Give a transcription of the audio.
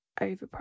overpriced